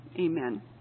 Amen